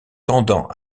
tendant